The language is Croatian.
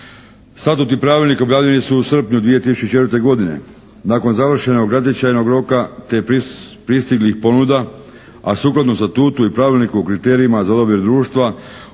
Statut i Pravilnik objavljeni su u srpnju 2004. godine nakon završenog natječajnog roka te pristiglih ponuda, a sukladno statutu i Pravilnika o kriterijima za odabir društva uz